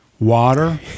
Water